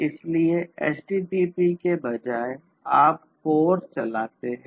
इसलिए HTTP के बजाय आप CORE चलाते हैं